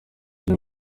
ry’u